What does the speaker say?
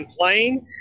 playing